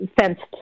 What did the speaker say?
fenced